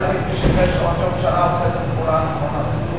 עדיף לי שראש הממשלה עושה את הפעולה הנכונה.